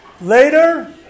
Later